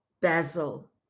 basil